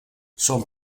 son